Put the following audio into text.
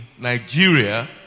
Nigeria